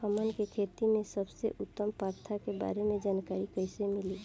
हमन के खेती में सबसे उत्तम प्रथा के बारे में जानकारी कैसे मिली?